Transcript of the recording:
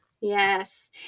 Yes